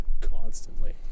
constantly